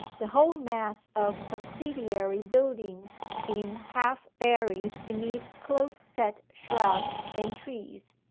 the whole mass of subsidiary buildings being half buried beneath close-set shrubs and trees.